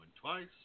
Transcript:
twice